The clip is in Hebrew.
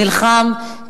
נלחם,